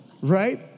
Right